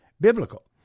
Biblical